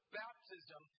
baptism